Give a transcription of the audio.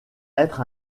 être